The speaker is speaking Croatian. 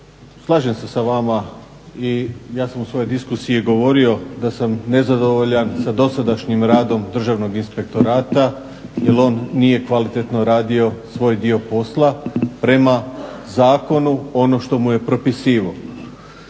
slažem se sa vama i ja sam u svojoj diskusiji govorio da sam nezadovoljan sa dosadašnjim radom Državnog inspektorata jer on nije kvalitetno radio svoj dio posla prema zakonu ono što mu je propisivao.